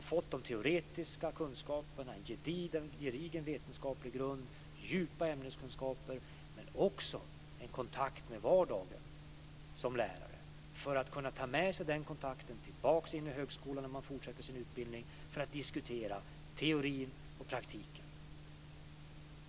Man får de teoretiska kunskaperna - en gedigen vetenskaplig grund och djupa ämneskunskaper - men också en kontakt med vardagen som lärare. Man ska kunna ta med sig den kontakten tillbaks in i högskolan när man fortsätter sin utbildning, för att diskutera teori och praktik.